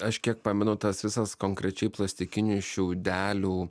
aš kiek pamenu tas visas konkrečiai plastikinių šiaudelių